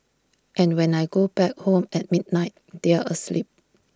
and when I go back home at midnight they are asleep